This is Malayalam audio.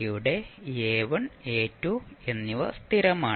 ഇവിടെ a1 a2 എന്നിവ സ്ഥിരമാണ്